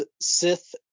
Sith